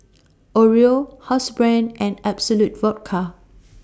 Oreo Housebrand and Absolut Vodka